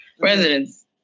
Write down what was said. residents